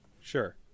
Sure